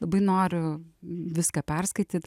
labai noriu viską perskaityt